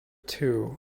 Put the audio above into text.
two